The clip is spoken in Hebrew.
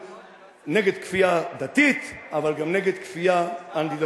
נגד כפייה דתית אבל גם נגד כפייה אנטי-דתית.